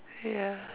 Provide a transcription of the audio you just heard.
ya